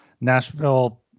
Nashville